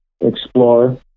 explore